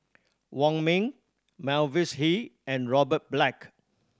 Wong Ming Mavis Hee and Robert Black